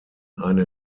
eine